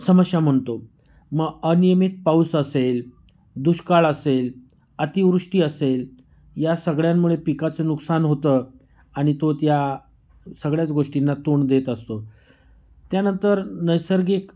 समस्या म्हणतो मग अनियमित पाऊस असेल दुष्काळ असेल अतिवृष्टी असेल या सगळ्यांमुळे पिकाचं नुकसान होतं आणि तो त्या सगळ्याच गोष्टींना तोंड देत असतो त्यानंतर नैसर्गिक